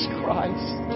Christ